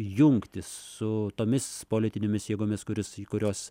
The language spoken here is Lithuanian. jungtis su tomis politinėmis jėgomis kuris kurios